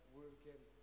working